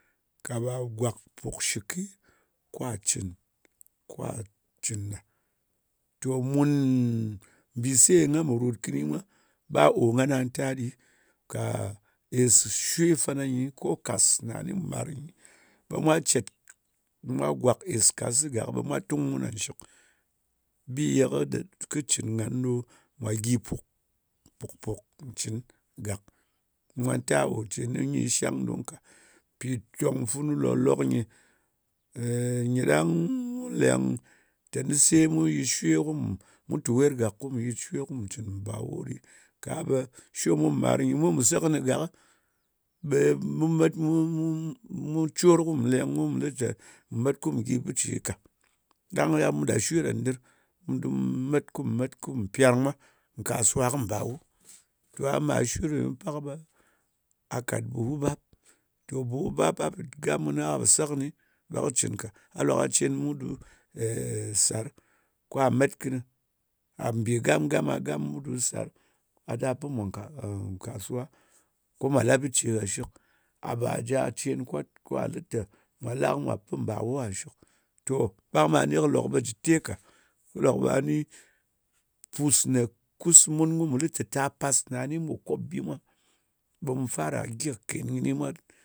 Ka ɓa gwàk puk shɨke, kwa cɨn, kwà cɨn ɗa. To mun, mbìse nga pò ròt kɨni mwa, ba kò ngana ta ɗi. Kà ès shwe fana nyi, ko kàs ne gha ni mu màr nyi, ɓe mwa cèt. Mwa gwàk ès kàsɨ gak ɓe mwa tung mun nàn shɨk. Bi ye, kɨ cɨn ngan ɗo mwà gyɨ pùk. Pùk, pùk ncɨn gàk. Nga to o ce nɨ nyi shang dung ka. Mpì kyang funu lòklok nyɨ ɗang mu leng teni se mu yɨt shwe, kùm. Mu tu wer gàk ko mù yit shwe, kum cɨn mbàwo ɗɨ. Ka ɓe shwe mumàr nyɨ, mu pò se kɨnɨ gakɨ, ɓe mu met, mu mu mu cor ku leng kǝm lɨ te met kum gyi bɨ ce ka. Ɗang gha mu ɗa shwe ɗa ndɨr ɓu ndu met kùm ɗa shwe ɗa ndɨr kum met kum pyarng mwa kàsuwa kɨ mbawo. To a ma shwe ɗo nyɨ ɓe pak ɓe a kàt mbùhu bap. To bùhu bap gha me gam kɨnɨ ka pò se kɨni ɓe kɨ cɨn ka. A lok ɓa cen mudu sar ka met kɨnɨ, mbi gam-gam a gam mudu sàr, a ɗa pɨ pɨ mwa nkasuwa ko mwà la bɨ ce gha shɨk. A bà ja, cen kwat, kwa lɨ te mwa la ko mwa pɨ mbàwo gha shɨk, to, ɓang ɓa ni kɨ lok ɓe jɨ te ka. Kɨ lok ɓe ni pus ne kus mun kum lɨ te ta pas na ni mu po kop bi mwa ɓe mu fara gyi kɨ kèn kɨni mwa.